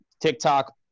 TikTok